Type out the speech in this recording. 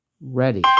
ready